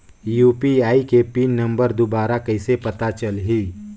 UPI के PIN number दुबारा कइसे पता चलही?